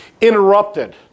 interrupted